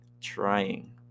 trying